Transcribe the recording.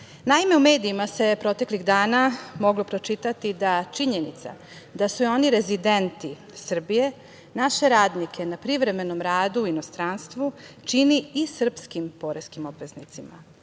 Naime, u medijima se proteklih dana mogla pročitati činjenica da su i oni rezidenti Srbije, naše radnike na privremenom radu u inostranstvu čini i srpskim poreskim obveznicima.